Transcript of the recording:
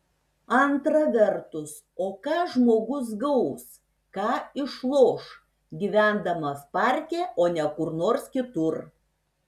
antra vertus o ką žmogus gaus ką išloš gyvendamas parke o ne kur nors kitur